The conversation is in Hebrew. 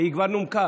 כבוד היושב-ראש,